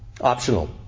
optional